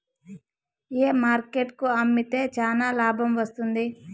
ఏ market కు అమ్మితే చానా లాభం వస్తుంది?